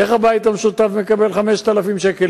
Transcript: איך הבית המשותף מקבל 5,000 שקלים,